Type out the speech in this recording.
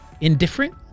indifferent